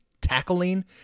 tackling